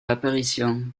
apparition